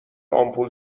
آمپول